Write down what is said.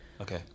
okay